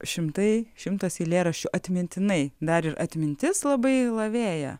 šimtai šimtas eilėraščių atmintinai dar ir atmintis labai lavėja